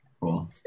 Cool